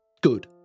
Good